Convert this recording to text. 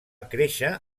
créixer